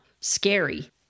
Scary